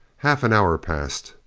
half an hour passed.